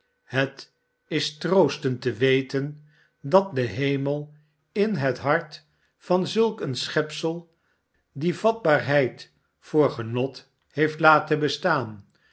het is troostend te weten dat de hemel in het hart van zulk een schepsel die vatbaarheid voor genot heeft laten bestaan